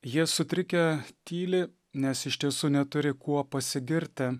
jie sutrikę tyli nes iš tiesų neturi kuo pasigirti